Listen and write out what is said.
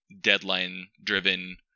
deadline-driven